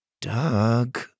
Doug